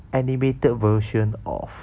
animated version of